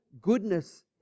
goodness